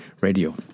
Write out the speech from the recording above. Radio